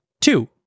two